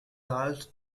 has